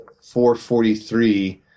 443